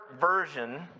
version